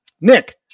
Nick